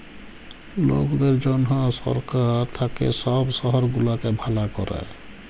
লকদের জনহ সরকার থাক্যে সব শহর গুলাকে ভালা ক্যরে